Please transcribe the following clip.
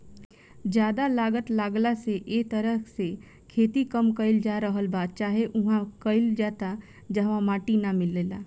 ज्यादा लागत लागला से ए तरह से खेती कम कईल जा रहल बा चाहे उहा कईल जाता जहवा माटी ना मिलेला